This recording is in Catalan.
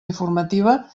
informativa